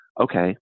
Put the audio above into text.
okay